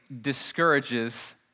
discourages